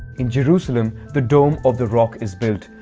in jerusalem, the dome of the rock is built,